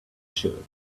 should